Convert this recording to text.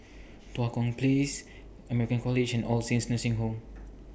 Tua Kong Place American College and All Saints Nursing Home